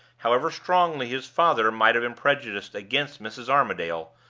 however strongly his father might have been prejudiced against mrs. armadale,